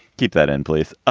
keep that in place.